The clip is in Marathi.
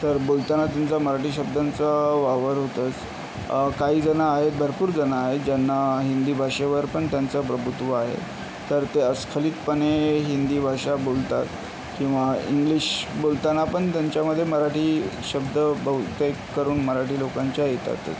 तर बोलताना तुमचा मराठी शब्दांचा वावर होतोच काहीजणं आहेत भरपूरजणं आहेत ज्यांना हिंदी भाषेवर पण त्यांचं प्रभुत्व आहे तर ते अस्खलितपणे हिंदी भाषा बोलतात किंवा इंग्लिश बोलताना पण त्यांच्यामध्ये मराठी शब्द बहुतेक करून मराठी लोकांच्या येतातच